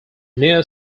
near